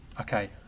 Okay